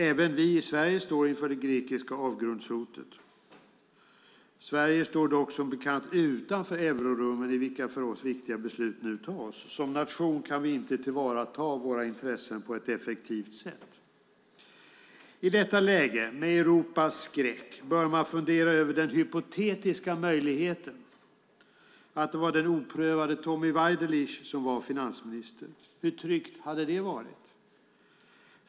Även vi i Sverige står inför det grekiska avgrundshotet. Sverige står dock som bekant utanför eurorummen i vilka för oss viktiga beslut nu tas. Som nation kan vi inte tillvarata våra intressen på ett effektivt sätt. I detta läge, med "Europas skräck", bör man fundera över den hypotetiska möjligheten att det var den oprövade Tommy Waidelich som var finansminister. Hur tryggt hade det varit?